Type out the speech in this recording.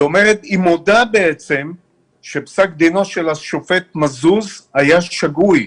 רואים שהיא מודה בעצם שפסק דינו של השופט מזוז היה שגוי,